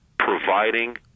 providing